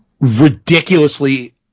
ridiculously